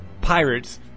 Pirates